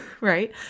right